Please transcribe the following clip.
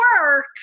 work